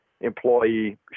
employee